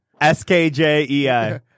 S-K-J-E-I